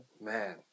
man